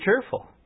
cheerful